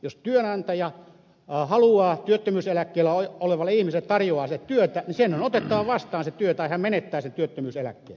jos työnantaja haluaa työttömyyseläkkeellä olevalle ihmiselle tarjota työtä hänen on otettava se työ vastaan tai hän menettää työttömyyseläkkeensä